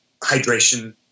hydration